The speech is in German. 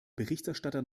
berichterstatter